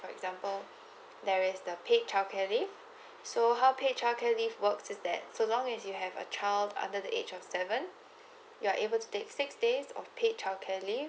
for example there is the paid childcare leave so how paid childcare leave works is that so long as you have a child under the age of seven you're able to take six days of paid childcare leave